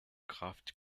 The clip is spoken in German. kraft